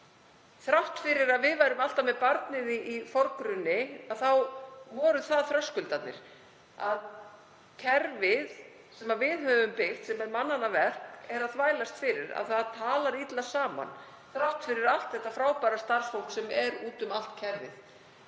Þrátt fyrir að við værum alltaf með barnið í forgrunni þá voru þröskuldarnir þar. Kerfið sem við höfum byggt upp, sem er mannanna verk, er að þvælast fyrir. Það talar illa saman þrátt fyrir allt þetta frábæra starfsfólkið sem er úti um allt kerfið.